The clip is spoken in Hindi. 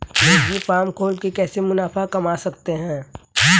मुर्गी फार्म खोल के कैसे मुनाफा कमा सकते हैं?